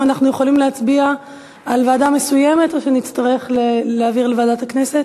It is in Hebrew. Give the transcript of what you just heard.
האם אנחנו יכולים להצביע על ועדה מסוימת או שנצטרך להעביר לוועדת הכנסת?